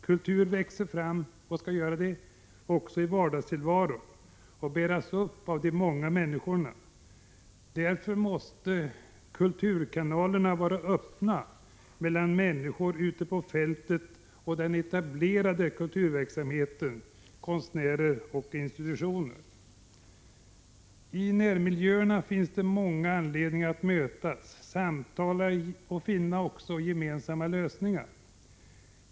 Kultur växer fram i vardagstillvaron och bärs upp av de många människorna. Därför måste kulturkanalerna vara öppna mellan människor ute på fältet och den etablerade kulturverksamheten — konstnärer och institutioner. I närmiljöerna finns det många anledningar att mötas, samtala och gemensamt finna lösningar.